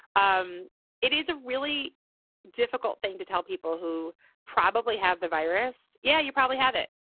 um it is a really difficult thing to tell people who probably have the virus. yeah, you probably have it.